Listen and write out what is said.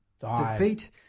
defeat